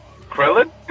Krillin